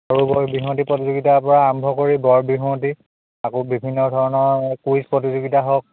সৰু বৰ বিহুৱতী প্ৰতিযোগিতাৰপৰা আৰম্ভ কৰি বৰ বিহুৱতী আকৌ বিভিন্ন ধৰণৰ কুইজ প্ৰতিযোগিতা হওক